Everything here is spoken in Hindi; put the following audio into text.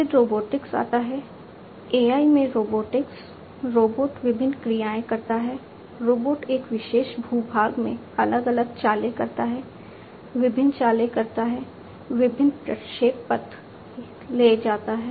फिर रोबोटिक्स आता है AI में रोबोटिक्स रोबोट विभिन्न क्रियाएं करता है रोबोट एक विशेष भूभाग में अलग अलग चालें करता है विभिन्न चालें करता है विभिन्न प्रक्षेप पथ ले जाता है